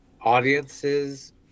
audiences